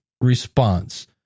response